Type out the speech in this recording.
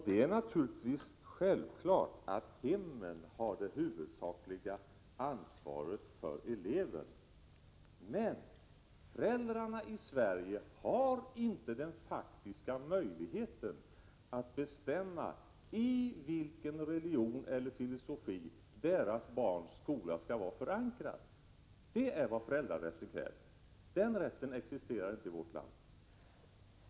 Det är naturligtvis självklart att hemmen har det huvudsakliga ansvaret för eleverna. Föräldrarna i Sverige har dock ingen faktisk möjlighet att bestämma i vilken religion eller filosofi deras barns skola skall vara förankrad. Det är vad föräldrarätten kräver. Den rätten existerar inte i vårt land.